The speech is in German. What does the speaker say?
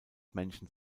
menschen